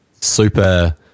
super